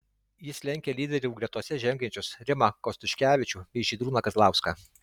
jis lenkia lyderių gretose žengiančius rimą kostiuškevičių bei žydrūną kazlauską